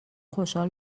خوشحال